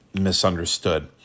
misunderstood